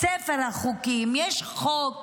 בספר החוקים, יש חוק